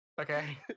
okay